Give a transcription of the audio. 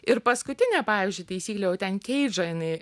ir paskutinė pavyzdžiui taisyklė jau ten keidžo jinai